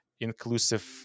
inclusive